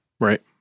Right